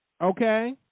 Okay